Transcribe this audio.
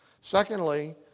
Secondly